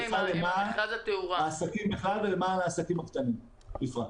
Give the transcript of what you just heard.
למען העסקים בכלל ולמען העסקים הקטנים בפרט.